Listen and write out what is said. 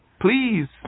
please